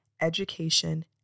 education